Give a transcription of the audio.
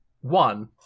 One